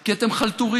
כי אתם חלטוריסטים,